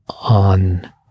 on